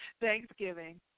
Thanksgiving